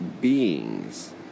beings